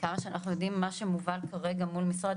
ממה שאנחנו יודעים וממה שמובל כרגע מול משרד